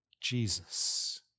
Jesus